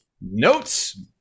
Notes